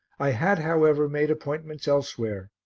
i had, however, made appointments elsewhere,